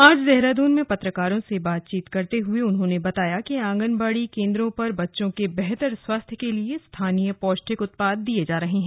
आज देहरादून में पत्रकारों से बातचीत करते हुए उन्होंने बताया कि आंगनबाड़ी केंद्रों पर बच्चों के बेहतर स्वास्थ्य के लिए स्थानीय पौष्टिक उत्पाद दिए जा रहे हैं